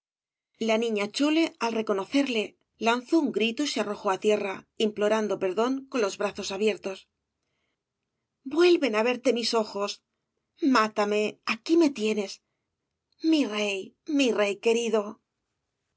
la niña chole al reconocerle lanzó un grito y se arrojó á tierra implorando perdón con los brazos abiertos vuelven á verte mis ojos mátame aquí me tienes mi rey mi rey querido